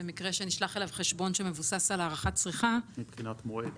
במקרה שנשלח אליו חשבון שמבוסס על הערכת צריכה -- מבחינת מועד?